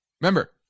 Remember